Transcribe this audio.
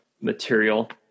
material